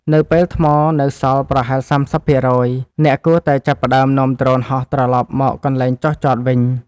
នៅពេលថ្មនៅសល់ប្រហែល ៣០% អ្នកគួរតែចាប់ផ្ដើមនាំដ្រូនហោះត្រលប់មកកន្លែងចុះចតវិញ។